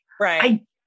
Right